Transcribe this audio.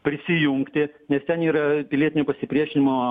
prisijungti nes ten yra pilietinio pasipriešinimo